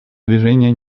движения